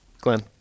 Glenn